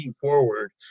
forward